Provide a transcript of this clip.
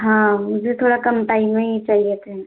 हाँ मुझे थोड़ा कम टाइम में ही चाहिए थे